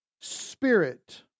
spirit